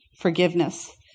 forgiveness